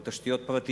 או תשתיות פרטיות,